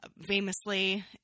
famously